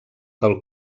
del